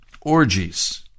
orgies